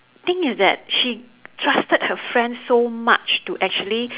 thing is that she trusted her friend so much to actually